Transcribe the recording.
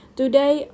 today